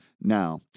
now